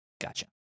Gotcha